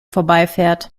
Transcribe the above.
vorbeifährt